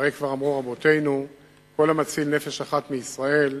והרי כבר אמרו רבותינו שכל המציל נפש אחת מישראל